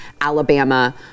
Alabama